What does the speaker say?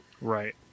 Right